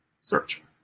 search